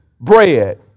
bread